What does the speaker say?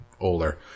older